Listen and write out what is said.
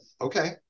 okay